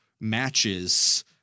matches